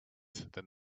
than